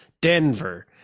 Denver